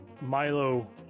Milo